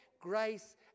grace